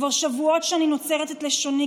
כבר שבועות שאני נוצרת את לשוני,